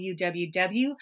www